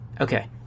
Okay